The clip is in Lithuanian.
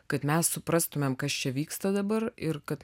kad mes suprastumėm kas čia vyksta dabar ir kad